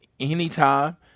anytime